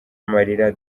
amarira